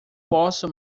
posso